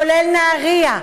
כולל נהריה,